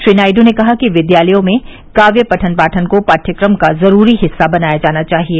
श्री नायड् ने कहा कि विद्यालयों में काव्य पठन पाठन को पाठ्यक्रम का जरूरी हिस्सा बनाया जाना चाहिए